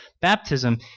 baptism